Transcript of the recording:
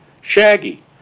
Shaggy